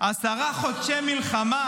עשרה חודשי מלחמה,